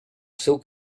seu